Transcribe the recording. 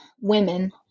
women